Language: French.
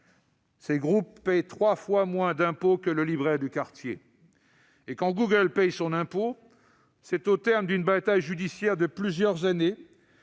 Ces groupes payent trois fois moins d'impôts que le libraire du quartier. Ainsi, quand Google paye son impôt, c'est au terme d'une bataille judiciaire de plusieurs années.